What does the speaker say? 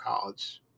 college